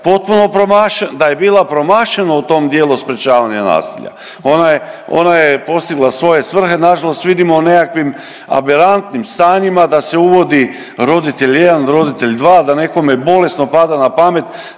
odnosno da je bila promašena u tom dijelu sprječavanja nasilja. Ona je postigla svoje svrhe. Na žalost vidimo u nekim aberantnim stanjima da se uvodi roditelj 1, roditelj 2, da nekome bolesno pada na pamet